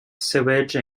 sewage